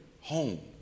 home